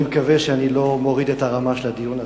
אני מקווה שאני לא מוריד את הרמה של הדיון הזה,